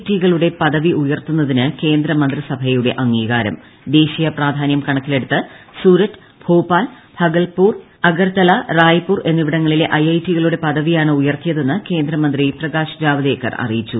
ടികളുടെ പദവി ഉയർത്തുന്നതിന് കേന്ദ്രമന്ത്രി സഭയുടെ അംഗീകാരം ദേശീയ പ്രാധാന്യം കണക്കിലെടുത്ത് സൂരറ്റ് ഭോപ്പാൽ ഭഗൽപൂർഅഗർതല റായ്പൂർ എന്നിവിടങ്ങളിലെ ഐഐടികളുടെ പദവിയാണ് ഉയർത്തിയതെന്ന് കേന്ദ്ര മന്ത്രി പ്രകാശ് ജാവദേക്കർ അറിയിച്ചു